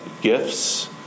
gifts